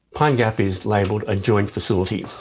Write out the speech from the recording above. pine gap is labelled a joint facility,